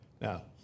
Now